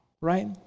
Right